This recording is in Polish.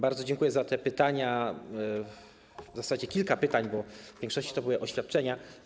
Bardzo dziękuję za te pytania, a w zasadzie za tych kilka pytań, bo w większości to były oświadczenia.